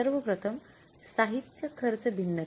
सर्व प्रथम साहित्य खर्च भिन्नता